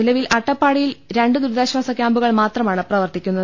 നിലവിൽ അട്ടപ്പാടിയിൽ രണ്ടു ദുരിതാശ്വാസ ക്യാമ്പുകൾ മാത്രമാണ് പ്രവർത്തിക്കുന്നത്